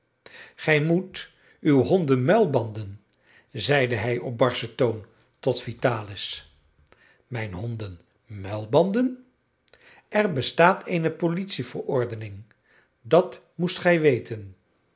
gij moet uw honden muilbanden zeide hij op barschen toon tot vitalis mijn honden muilbanden er bestaat eene politieverordening dat moest gij weten